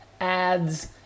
ads